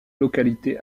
localité